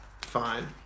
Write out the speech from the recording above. Fine